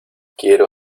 quiero